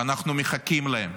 ואנחנו מחכים להם,